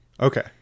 Okay